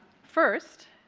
first